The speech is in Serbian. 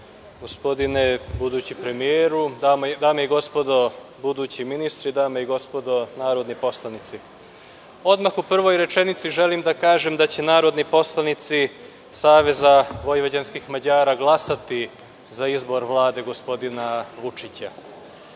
gospodine budući premijeru, dame i gospodo budući ministri, dame i gospodo narodni poslanici, odmah u prvoj rečenici želim da kažem da će narodni poslanici SVM glasati za izbor Vlade gospodina Vučića.